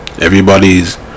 Everybody's